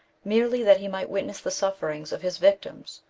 merely that he might witness the sufferings of his victims,